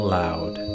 loud